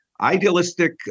idealistic